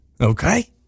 Okay